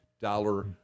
dollar